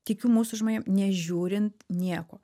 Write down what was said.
tikiu mūsų žmonėm nežiūrint nieko